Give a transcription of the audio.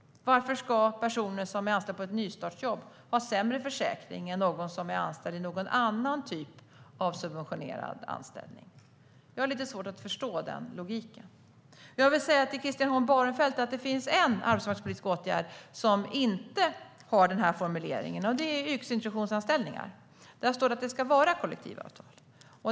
Varför ska personer som har ett nystartsjobb ha sämre försäkring än någon som är anställd i någon annan typ av subventionerad anställning? Jag har lite svårt att förstå den logiken. Jag vill säga till Christian Holm Barenfeld att det finns en arbetsmarknadspolitisk åtgärd som inte har den här formuleringen, och det är yrkesintroduktionsanställning. Där står det att det ska vara kollektivavtal.